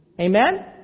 Amen